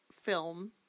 film